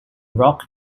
rock